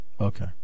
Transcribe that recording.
Okay